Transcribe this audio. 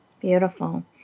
Beautiful